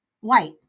white